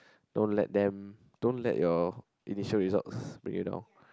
don't let them don't let your initial results bring you down